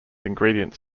ingredients